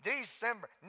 December